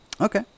Okay